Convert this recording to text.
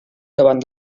davant